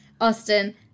Austin